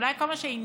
אולי כל מה שעניין